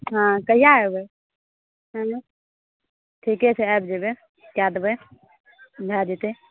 हँ कहिआ अयबै हैलो ठीके छै आबि जेबै कए देबै भऽ जेतै